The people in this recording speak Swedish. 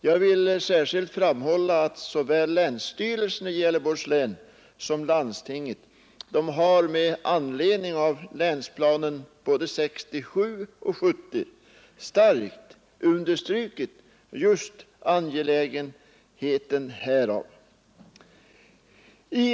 Jag vill särskilt framhålla att såväl länsstyrelsen som landstinget i Gävleborgs län med anledning av länsplanerna 1967 och 1970 starkt har understrukit just angelägenheten härav, vilka jag helt instämmer i.